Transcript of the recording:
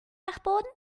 dachboden